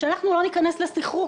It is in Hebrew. שאנחנו לא ניכנס לסחרור,